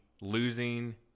Losing